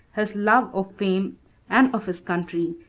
his love of fame and of his country,